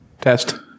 Test